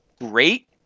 great